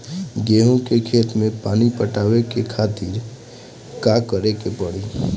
गेहूँ के खेत मे पानी पटावे के खातीर का करे के परी?